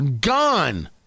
Gone